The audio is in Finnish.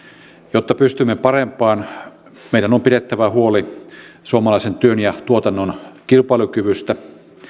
jotta pystymme parempaan meidän on pidettävä huoli suomalaisen työn ja tuotannon kilpailukyvystä